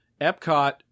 Epcot